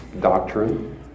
doctrine